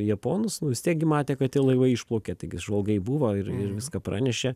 japonus nu vis tiek gi matė kad tie laivai išplaukė taigi žvalgai buvo ir ir viską pranešė